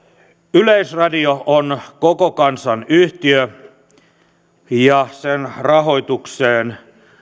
yleisradio on koko kansan yhtiö ja sen rahoitukseen